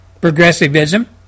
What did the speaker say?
progressivism